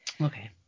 Okay